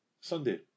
Sunday